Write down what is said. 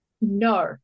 No